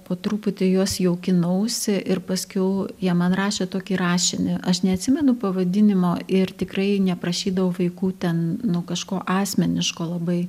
po truputį juos jaukinausi ir paskiau jie man rašė tokį rašinį aš neatsimenu pavadinimo ir tikrai neprašydavau vaikų ten nu kažko asmeniško labai